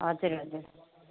हजुर हजुर